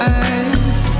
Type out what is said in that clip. eyes